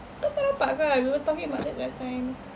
kau kan nampak kan we were talking about that the other time